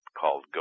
called